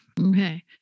okay